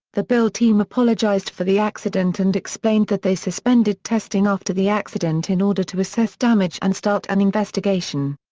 the build team apologized for the accident and explained that they suspended testing after the accident in order to assess damage and start an investigation.